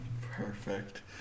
Perfect